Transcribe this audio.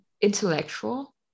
intellectual